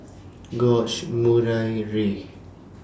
George Murray Rei